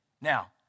Now